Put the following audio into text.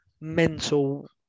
mental